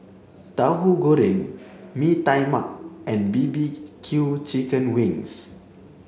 Tauhu Goreng Mee Tai Mak and B B Q chicken wings